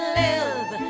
live